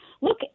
Look